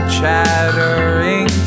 chattering